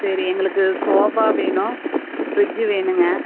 சரி எங்களுக்கு சோபா வேணும் பிரிட்ஜ் வேணுங்க